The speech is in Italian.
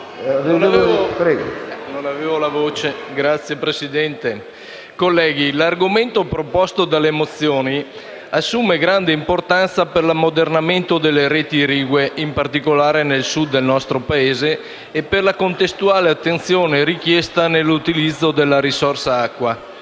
XVII) Signor Presidente, colleghi, l’argomento proposto dalle mozioni al nostro esame assume grande importanza per l’ammodernamento delle reti irrigue, in particolare nel Sud del nostro Paese, e per la contestuale attenzione richiesta nell’utilizzo della risorsa acqua.